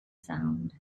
sound